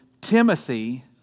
Timothy